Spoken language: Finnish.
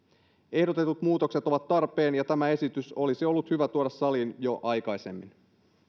ehdotetut muutokset ovat tarpeen ja tämä esitys olisi ollut hyvä tuoda saliin jo aikaisemmin